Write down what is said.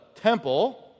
temple